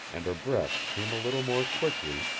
and her breath came a little more quickly,